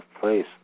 place